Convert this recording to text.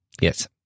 Yes